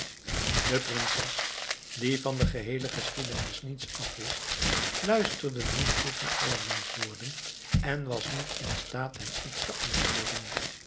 de prinses die van de heele geschiedenis niets afwist luisterde niet goed naar aladdin's woorden en was niet in staat hem iets te antwoorden